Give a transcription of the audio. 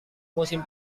musim